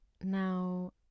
Now